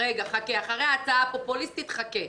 אחרי ההצעה הפופוליסטית חכה.